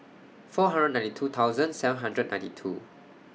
four hundred ninety two thousand seven hundred ninety two